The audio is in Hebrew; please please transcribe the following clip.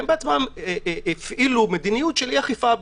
והם עצמם הפעילו מדיניות של אי-אכיפה,